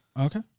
Okay